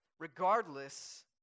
Regardless